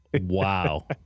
Wow